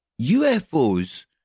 UFOs